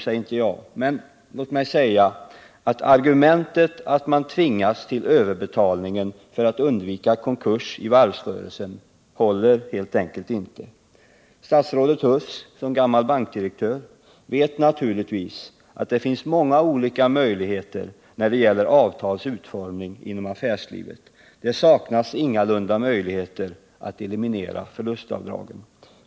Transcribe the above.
Det anser i och för sig inte jag. Argumentet att man tvingats till överbetalning för att undvika konkurs i varvsrörelsen håller helt enkelt inte. Statsrådet Huss vet naturligtvis som gammal bankdirektör att det finns många olika möjligheter när det gäller avtals utformning inom affärslivet. Det saknas ingalunda möjligheter att eliminera förlustavdragen.